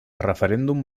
referèndum